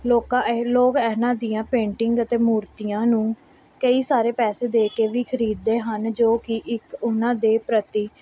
ਲੋਕਾਂ ਇਹ ਲੋਕ ਇਹਨਾਂ ਦੀਆਂ ਪੇਂਟਿੰਗ ਅਤੇ ਮੂਰਤੀਆਂ ਨੂੰ ਕਈ ਸਾਰੇ ਪੈਸੇ ਦੇ ਕੇ ਵੀ ਖਰੀਦਦੇ ਹਨ ਜੋ ਕਿ ਇੱਕ ਉਹਨਾਂ ਦੇ ਪ੍ਰਤੀ